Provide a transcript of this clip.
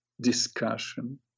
discussion